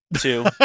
Two